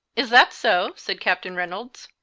is that so? said captain reynolds.